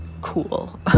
cool